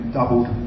doubled